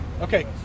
Okay